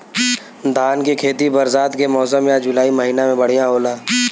धान के खेती बरसात के मौसम या जुलाई महीना में बढ़ियां होला?